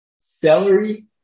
Celery